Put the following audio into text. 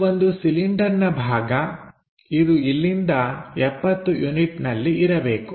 ಇದು ಒಂದು ಸಿಲಿಂಡರ್ನ ಭಾಗ ಇದು ಇಲ್ಲಿಂದ 70 ಯೂನಿಟ್ನಲ್ಲಿ ಇರಬೇಕು